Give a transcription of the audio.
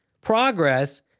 progress